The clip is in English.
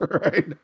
Right